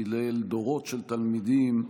גידל דורות של תלמידים,